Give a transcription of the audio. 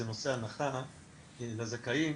זה נושא ההנחה לזכאים,